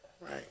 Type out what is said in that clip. Right